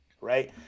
right